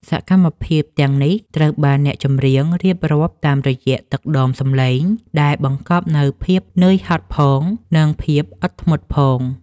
សកម្មភាពទាំងនេះត្រូវបានអ្នកចម្រៀងរៀបរាប់តាមរយៈទឹកដមសម្លេងដែលបង្កប់នូវភាពនឿយហត់ផង និងភាពអត់ធ្មត់ផង។